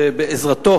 שבעזרתו